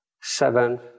seven